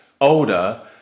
older